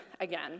again